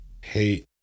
hate